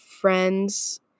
friends